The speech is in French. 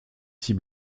six